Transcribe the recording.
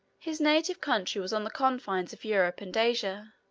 his native country was on the confines of europe and asia.